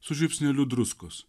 su žiupsneliu druskos